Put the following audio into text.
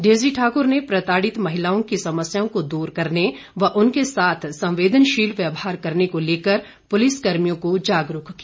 Daisy Thakur ने प्रताड़ित महिलाओं की समस्याओं को दूर करने व उनके साथ संवेदनशील व्यवहार करने को लेकर पुलिस कर्मियों को जागरूक किया